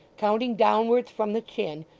counting downwards from the chin,